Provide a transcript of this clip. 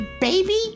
baby